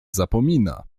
zapomina